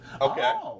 Okay